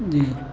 جی